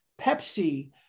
Pepsi